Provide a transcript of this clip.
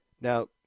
now